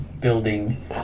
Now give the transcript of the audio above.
building